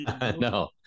No